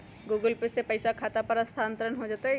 Google Pay से पईसा खाता पर स्थानानंतर हो जतई?